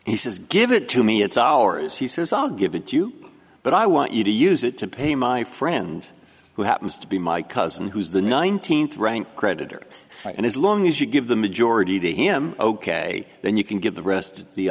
he says give it to me it's ours he says i'll give it to you but i want you to use it to pay my friend who happens to be my cousin who is the nineteenth ranked creditor and as long as you give the majority to him ok then you can give the rest of